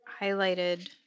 highlighted